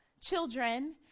children